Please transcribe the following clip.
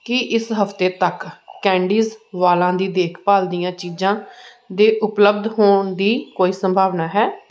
ਕੀ ਇਸ ਹਫ਼ਤੇ ਤੱਕ ਕੈਂਡੀਜ਼ ਵਾਲਾਂ ਦੀ ਦੇਖਭਾਲ ਦੀਆਂ ਚੀਜ਼ਾਂ ਦੇ ਉਪਲੱਬਧ ਹੋਣ ਦੀ ਕੋਈ ਸੰਭਾਵਨਾ ਹੈ